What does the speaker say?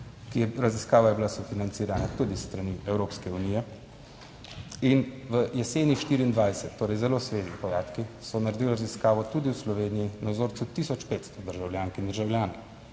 raziskava je bila sofinancirana tudi s strani Evropske unije in v jeseni 24. Torej zelo sveži podatki so naredili raziskavo tudi v Sloveniji na vzorcu tisoč 500 državljank in državljanov.